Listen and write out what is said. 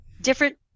different